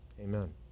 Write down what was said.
Amen